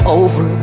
over